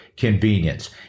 convenience